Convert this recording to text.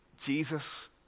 Jesus